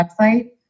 website